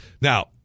Now